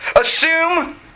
assume